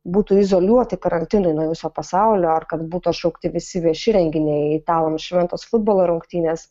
būtų izoliuoti karantinui nuo viso pasaulio ar kad būtų atšaukti visi vieši renginiai italams šventos futbolo rungtynės